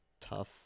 Tough